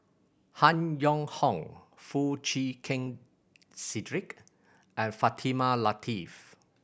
Han Yong Hong Foo Chee Keng Cedric and Fatimah Lateef